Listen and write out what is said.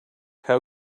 how